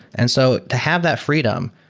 and so to have that freedom,